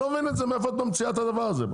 אני לא מבין מאיפה את ממציאה את הדבר הזה,